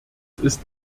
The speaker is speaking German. ist